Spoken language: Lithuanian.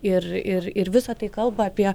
ir ir ir visa tai kalba apie